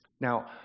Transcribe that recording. Now